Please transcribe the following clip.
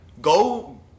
go